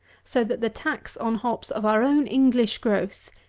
so that the tax on hops of our own english growth,